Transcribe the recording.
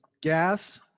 gas